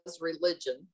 religion